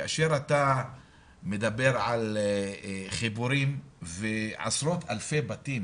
כאשר אתה מדבר על חיבורים ועשרות אלפי בתים